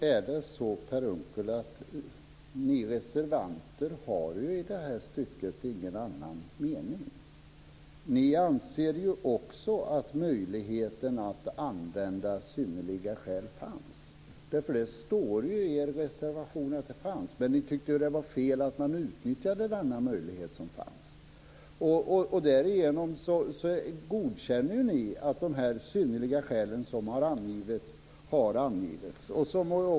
Fru talman! Ni reservanter har ju i detta stycke ingen annan mening. Ni anser också att möjligheten att använda synnerliga skäl fanns. Det står i er reservation. Men ni tyckte det var fel att man utnyttjade den möjlighet som fanns. Därigenom godkänner ni att de synnerliga skälen har angivits.